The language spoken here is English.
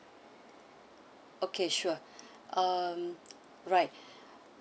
okay sure um right